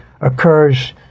occurs